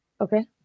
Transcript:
okay